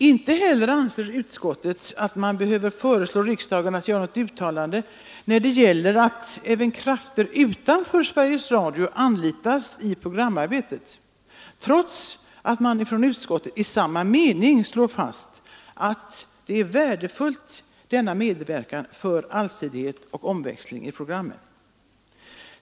Inte heller anser utskottet att man behöver föreslå riksdagen göra något uttalande när det gäller att även krafter utanför Sveriges Radio anlitas i programarbetet, trots att man från utskottet i samma mening slår fast det värdefulla häri för allsidigheten och omväxlingen i programmen.